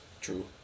True